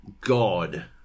God